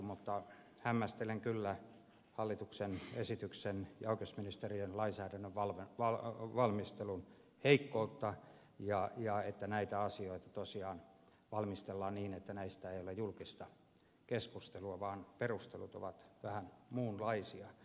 mutta hämmästelen kyllä hallituksen esityksen ja oikeusministeriön lainsäädännön valmistelun heikkoutta että näitä asioita tosiaan valmistellaan niin että näistä ei ole julkista keskustelua vaan perustelut ovat vähän muunlaisia